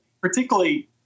particularly